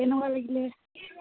কেনেকুৱা লাগিলে